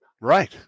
right